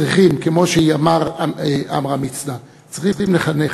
צריכים, כמו שאמר עמרם מצנע, לחנך,